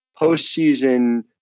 postseason